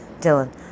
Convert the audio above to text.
Dylan